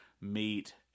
meet